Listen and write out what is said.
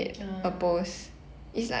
ah